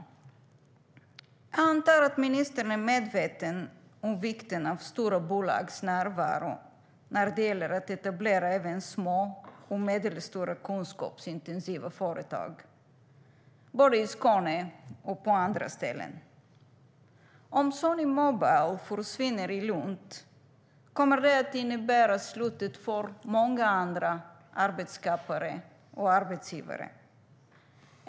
Jag antar att ministern är medveten om vikten av stora bolags närvaro när det gäller att etablera små och medelstora kunskapsintensiva företag, både i Skåne och på andra ställen. Om Sony Mobile försvinner i Lund kommer det att innebära slutet för många andra arbetsskapare och arbetsgivare.